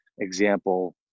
example